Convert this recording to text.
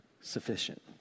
sufficient